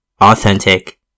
authentic